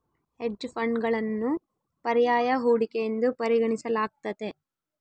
hedge ಫಂಡ್ಗಳನ್ನು ಪರ್ಯಾಯ ಹೂಡಿಕೆ ಎಂದು ಪರಿಗಣಿಸಲಾಗ್ತತೆ